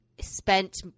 spent